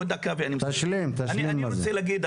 אני רוצה להגיד,